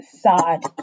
sad